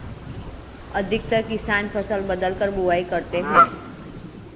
अधिकतर किसान फसल बदलकर बुवाई करते है